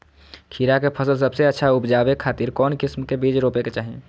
खीरा के फसल सबसे अच्छा उबजावे खातिर कौन किस्म के बीज रोपे के चाही?